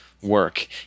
work